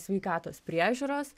sveikatos priežiūros